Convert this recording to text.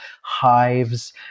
hives